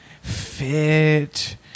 fit